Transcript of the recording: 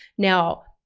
now,